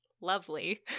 lovely